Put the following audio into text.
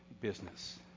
business